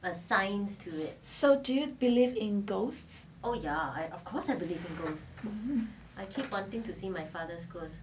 do you believe in ghosts